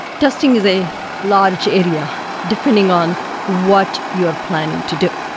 testing is a large area depending on what you are planning to do.